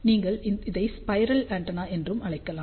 நீங்கள் இதை spiral antenna என்றும் அழைக்கலாம்